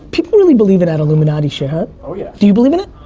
people really believe in that illuminati shit, huh? oh yeah. do you believe in it?